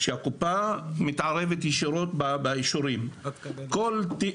כשהקופה מתערבת ישירות באישורים כל תיק,